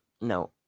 No